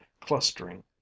clustering